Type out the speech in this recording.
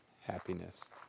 happiness